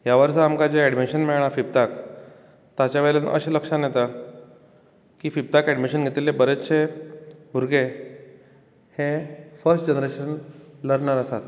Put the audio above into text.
ह्या वर्साक आमकां जें एडमिशन मेळ्ळां फिफ्थाक ताच्या वयल्यान अशें लक्षांत येता की फिफ्ताक एडमिशन घेतिल्ले बरेचशे भुरगे हे फस्ट जनरेशन लर्नर आसात